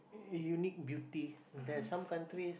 unique beauty there's some country